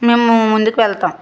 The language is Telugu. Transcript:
మేము ముందుకు వెళ్తాము